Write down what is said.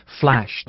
flashed